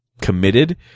committed